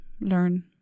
learn